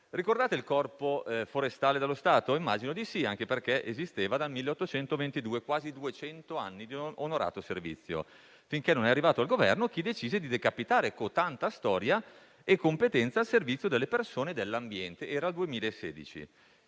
Ricordate il Corpo forestale dello Stato? Immagino di sì, anche perché esisteva dal 1822, quasi duecento anni di onorato servizio, finché non è arrivato al Governo chi decise di decapitare cotanta storia e competenza al servizio delle persone e dell'ambiente (era il 2016).